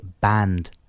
banned